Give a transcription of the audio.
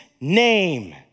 name